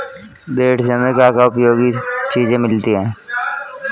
भेड़ से हमें क्या क्या उपयोगी चीजें मिलती हैं?